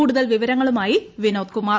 കൂടുതൽ വിവരങ്ങളുമായി വിനോദ്കുമാർ